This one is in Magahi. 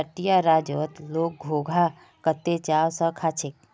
तटीय राज्यत लोग घोंघा कत्ते चाव स खा छेक